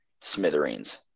smithereens